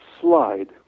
slide